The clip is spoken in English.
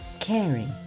caring